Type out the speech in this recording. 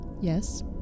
Yes